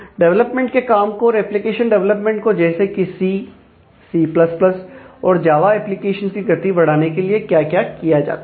development के काम को और एप्लीकेशन डेवलपमेंट को जैसे कि सी सी प्लस प्लस और जावा एप्लीकेशंस की गति बढ़ाने के लिए क्या क्या किया गया है